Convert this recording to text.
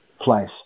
place